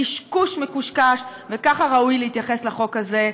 קשקוש מקושקש, וככה ראוי להתייחס לחוק הזה,